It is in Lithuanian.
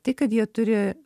tai kad jie turi